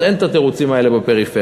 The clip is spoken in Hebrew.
אין את התירוצים האלה בפריפריה.